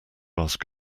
ask